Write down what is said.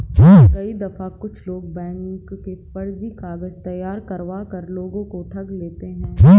कई दफा कुछ लोग बैंक के फर्जी कागज तैयार करवा कर लोगों को ठग लेते हैं